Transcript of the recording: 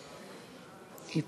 היוזמה שאנחנו נאשר עכשיו ליותר נקודות